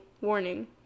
warning